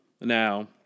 Now